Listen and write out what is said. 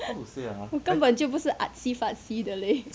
我根本就不是 artsy fancy 的 leh